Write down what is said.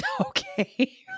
Okay